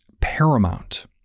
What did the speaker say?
paramount